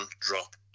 drop